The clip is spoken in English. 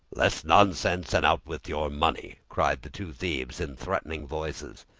less nonsense, and out with your money! cried the two thieves in threatening voices.